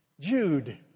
Jude